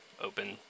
open